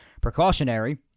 precautionary